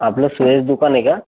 आपलं श्रेयस दुकान आहे का